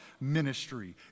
ministry